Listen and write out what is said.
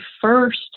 first